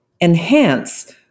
enhance